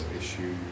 issue